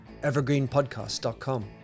evergreenpodcast.com